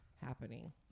happening